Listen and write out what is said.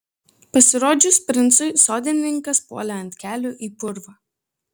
pasirodžius princui sodininkas puolė ant kelių į purvą